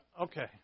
okay